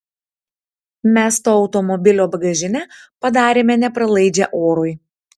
mes to automobilio bagažinę padarėme nepralaidžią orui